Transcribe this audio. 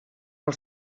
del